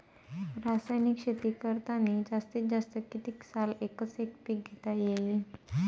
रासायनिक शेती करतांनी जास्तीत जास्त कितीक साल एकच एक पीक घेता येईन?